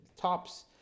tops